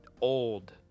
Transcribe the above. old